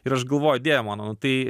ir aš galvoju dieve mano tai